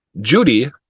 Judy